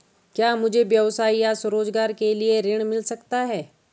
क्या मुझे व्यवसाय या स्वरोज़गार के लिए ऋण मिल सकता है?